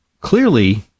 clearly